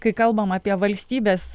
kai kalbama apie valstybės